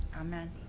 amen